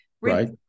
Right